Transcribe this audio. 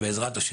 בעזרת-השם.